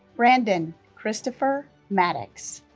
brandon christopher mattox